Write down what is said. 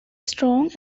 strong